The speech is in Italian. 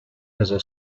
casa